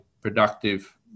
productive